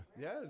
Yes